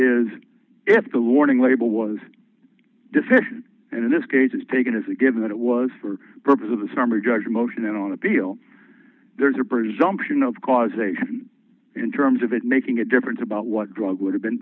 is if the warning label was deficient and in this case is taken as a given that it was for the purpose of the summary judge motion and on appeal there's a presumption of causation in terms of it making a difference about what drug would have been